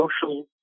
social